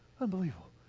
unbelievable